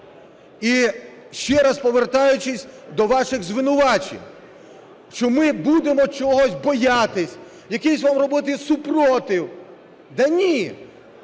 І ще раз повертаючись до ваших звинувачень, що ми будемо чогось боятись, якийсь вам робити супротив. Та ні.